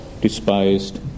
despised